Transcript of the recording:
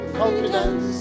confidence